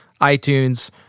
iTunes